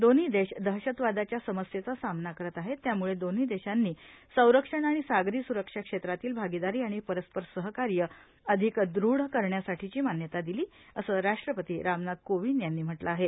दोन्ही देश दहशतवादाच्या समस्येचा सामना करत आहेतए त्यामुळे दोन्ही देशांनी संरक्षण आणि सागरी स्रक्षा क्षेत्रातली भागिदारी आणि परस्पर सहकार्य अधिक दृढ करण्यासाठीही मान्यता दिलीए असं राष्ट्रपती रामनाथ कोविंद यांनी म्हटलं आहे